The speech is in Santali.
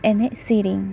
ᱮᱱᱮᱡ ᱥᱤᱨᱤᱧ